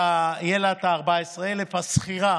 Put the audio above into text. יהיו לה 14,000. השכירה